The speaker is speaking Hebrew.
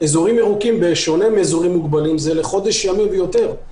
אזורים ירוקים בשונה מאזורים מוגבלים זה לחודש ימים ויותר.